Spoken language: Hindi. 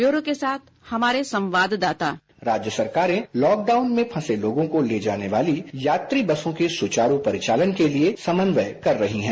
ब्योरे के साथ हमारे संवाददाता बाइट राज्य सरकारें लॉकडाउन में फंसे लोगों को ले जाने वाली यात्री बसों के सुचारू परिचालन के लिए समन्वय कर रही हैं